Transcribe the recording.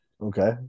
Okay